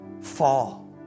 fall